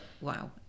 wow